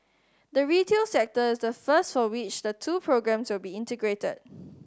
the retail sector is the first for which the two programmes will be integrated